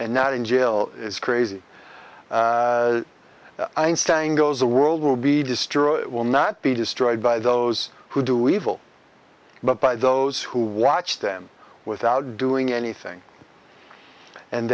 and not in jail is crazy einstein goes the world will be destroyed it will not be destroyed by those who do evil but by those who watch them without doing anything and